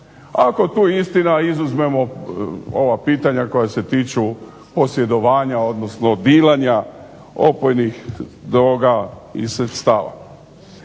Ako tu istina izuzmemo ova pitanja koja se tiču posjedovanja odnosno dilanja opojnih droga ili sredstava.